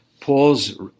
Paul's